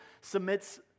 submits